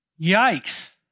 Yikes